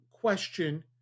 question